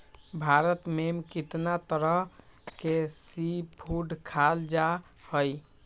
भारत में कितना तरह के सी फूड खाल जा हई